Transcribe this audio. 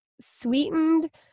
sweetened